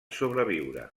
sobreviure